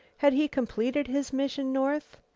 had he completed his mission north,